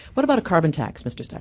what about a carbon tax, mr. steyer?